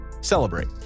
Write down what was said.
celebrate